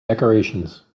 decorations